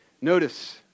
Notice